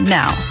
now